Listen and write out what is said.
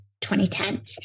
2010